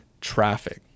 traffic